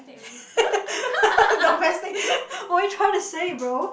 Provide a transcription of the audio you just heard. don't mess me what're you trying to say bro